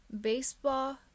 Baseball